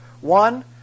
One